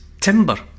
timber